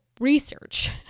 research